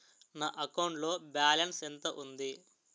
నా అకౌంట్ లో బాలన్స్ ఎంత ఉంది?